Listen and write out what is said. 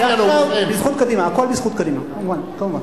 הכול בזכות קדימה, כמובן.